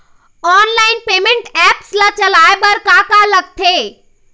Online payment apps ला चलाए बार का का लगथे?